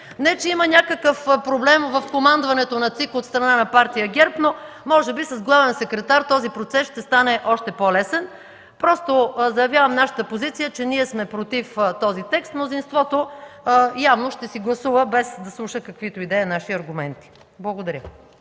Не че има някакъв проблем в командването на ЦИК от страна на партия ГЕРБ, но може би с главен секретар този процес ще стане още по-лесен. Заявявам нашата позиция, че ние сме против този текст. Мнозинството явно ще си гласува, без да слуша каквито и да е наши аргументи. Благодаря.